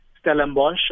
Stellenbosch